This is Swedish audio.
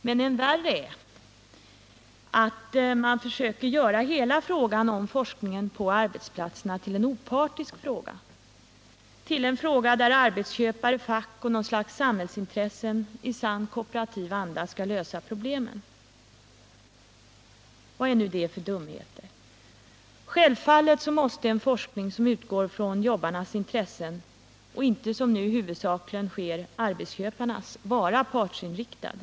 Men än värre är att man försöker göra hela frågan om forskningen på arbetsplatserna till en opartisk fråga, en fråga där arbetsköpare, fack och något slags samhällsintressen i sann kooperativ anda skall lösa problemen. Vad är nu detta för dumheter? Självfallet måste en forskning som utgår från jobbarnas intressen — alltså inte sådan forskning som nu huvudsakligen utgår från arbetsköparnas intressen — vara partsinriktad!